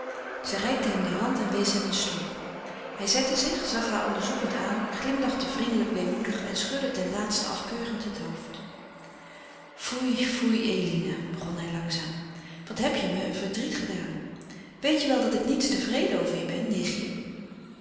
zij reikte hem de hand en wees hem een stoel hij zette zich zag haar onderzoekend aan glimlachte vriendelijk weemoedig en schudde ten laatste afkeurend het hoofd foei foei eline begon hij langzaam wat heb je me een verdriet gedaan weet je wel dat ik niets tevreden over je ben nichtje